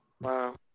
Wow